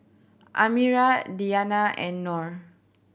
Amirah Diyana and Nor